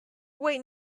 wait